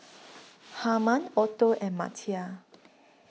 Harman Otto and Matthias